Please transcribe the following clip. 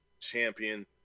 champion